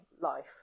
life